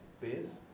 beers